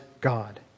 God